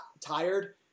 tired